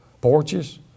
porches